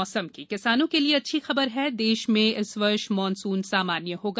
मौसम किसानों के लिए अच्छी खबर है देश में इस वर्ष मॉनसून सामान्य रहेगा